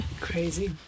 crazy